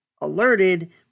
alerted